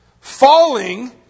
falling